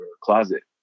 closet